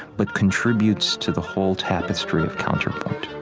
but contributes to the whole tapestry of counterpoint